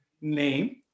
name